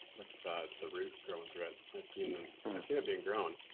with the root growing through it. i've seen then, i've seen it being grown.